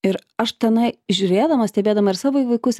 ir aš tenai žiūrėdama stebėdama ir savo vaikus